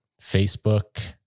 Facebook